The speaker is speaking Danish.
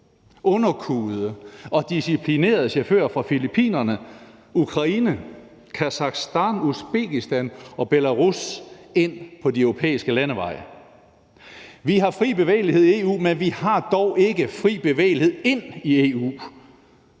underkuede, disciplinerede chauffører fra Filippinerne, Ukraine, Kasakhstan, Usbekistan og Belarus ind på de europæiske landeveje. Vi har fri bevægelighed i EU, men vi har dog ikke fri bevægelighed ind i EU,